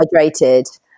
hydrated